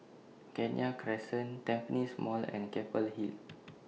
Kenya Crescent Tampines Mall and Keppel Hill